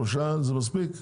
שלושה זה מספיק?